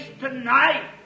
tonight